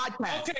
Okay